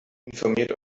informiert